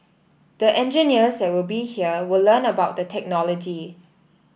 the engineers that will be here will learn about the technology